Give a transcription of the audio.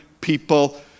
people